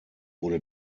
wurde